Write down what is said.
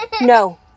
no